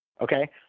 okay